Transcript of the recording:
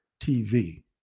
tv